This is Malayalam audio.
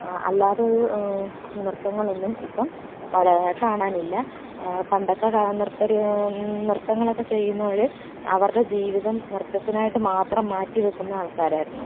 അല്ലാതൊരു നൃത്തങ്ങളൊന്നും ഇപ്പം കാണാനില്ല പണ്ടൊക്കെ നൃത്തങ്ങളൊക്കെ ചെയ്യുന്നവർ അവരുടെ ജീവിതം നൃത്തത്തിനായിട്ട് മാത്രം മാറ്റി വയ്ക്കുന്ന ആൾക്കാരായിരുന്നു